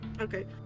Okay